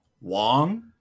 Wong